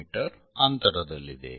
me ಅಂತರದಲ್ಲಿದೆ